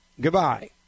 Goodbye